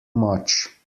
much